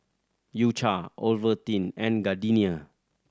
U Cha Ovaltine and Gardenia